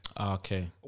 okay